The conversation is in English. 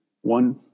one